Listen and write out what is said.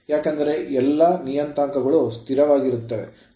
ಏಕೆಂದರೆ ಎಲ್ಲವೂ ನಿಯತಾಂಕಗಳು ಸ್ಥಿರವಾಗಿರುತ್ತವೆ